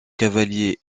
cavaliers